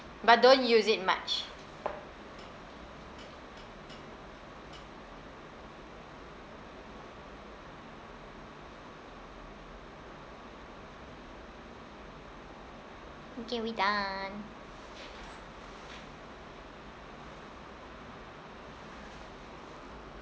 but don't use it much okay we done